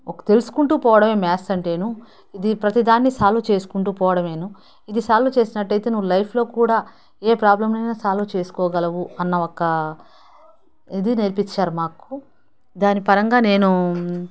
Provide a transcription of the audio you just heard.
ఒక తెలుసుకుంటూ పోవడమే మ్యాథ్స్ అంటేను ఇది ప్రతి దాన్ని సాల్వ్ చేసుకుంటూ పోవడమేను ఇది సాల్వ్ చేసినట్టు అయితే నువ్వు లైఫ్లో కూడా ఏ ప్రాబ్లంనైనా సాల్వ్ చేసుకోగలవు అన్న ఒక ఇది నేర్పించారు మాకు దాని పరంగా నేను